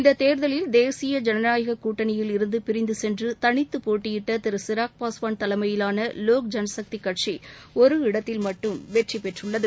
இந்த தேர்தலில் தேசிய ஜனநாயக கூட்டணியில் இருந்து பிரிந்து சென்று தனித்து போட்டியிட்ட திரு சிராக் பாஸ்வான் தலைமையிலான லோக் ஜனசக்தி கட்சி ஒரு இடத்தில் மட்டும் வெற்றி பெற்றுள்ளது